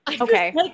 okay